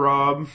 Rob